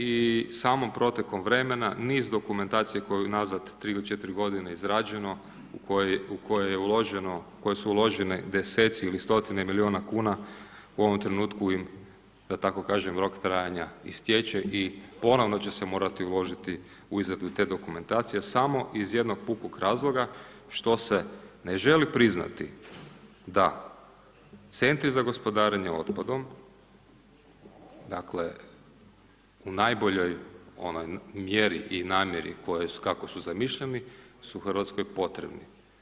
I samom protekom vremena niz dokumentacija koje unazad 3 ili 4 godine je izrađeno, u kojoj su uložene deseci ili stotine milijuna kuna u ovom trenutku im da tako kažem rok trajanja istječe i ponovno će se morati uložiti u izradu te dokumentacije samo iz jednog pukog razloga što se ne želi priznati da centri za gospodarenje otpadom, dakle u najboljoj onoj mjeri i namjeri kako su zamišljeni su Hrvatskoj potrebni.